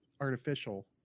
artificial